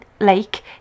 Lake